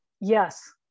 Yes